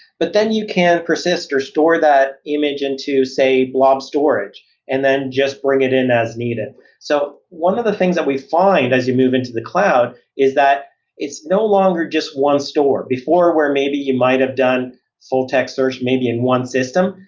but then you can persist or store that image into say blob storage and then just bring it in as needed so one one of the things that we find as you move into the cloud is that it's no longer just one store. before where maybe you might have done full-text search maybe in one system,